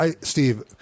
Steve